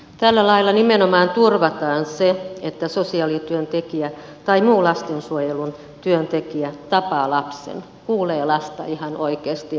tällä lailla nimenomaan turvataan se että sosiaalityöntekijä tai muu lastensuojelun työntekijä tapaa lapsen kuulee lasta ihan oikeasti ja aidosti